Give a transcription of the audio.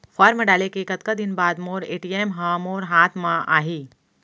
Form डाले के कतका दिन बाद मोर ए.टी.एम ह मोर हाथ म आही?